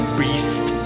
beast